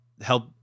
help